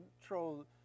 control